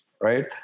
right